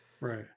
right